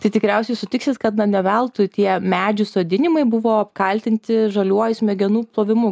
tai tikriausiai sutiksit kad na ne veltui tie medžių sodinimai buvo apkaltinti žaliuoju smegenų plovimu